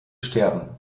sterben